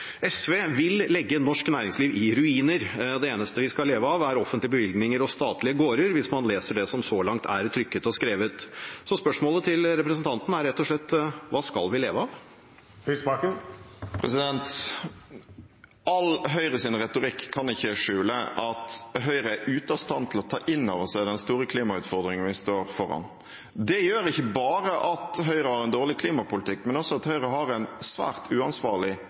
SV vil legge norsk næringsliv i ruiner. Det eneste vi skal leve av, er offentlige bevilgninger og statlige gårder, hvis man leser det som så langt er trykket og skrevet. Så spørsmålet til representanten er rett og slett: Hva skal vi leve av? All retorikken til Høyre kan ikke skjule at Høyre er ute av stand til å ta inn over seg den store klimautfordringen vi står foran. Det gjør ikke bare at Høyre har en dårlig klimapolitikk, men også at Høyre har en svært uansvarlig